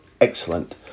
excellent